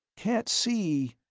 can't see